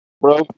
Bro